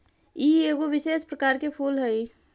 ई एगो विशेष प्रकार के फूल हई